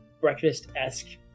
breakfast-esque